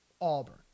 Auburn